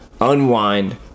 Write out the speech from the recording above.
unwind